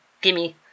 Gimme